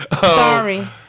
Sorry